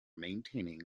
maintaining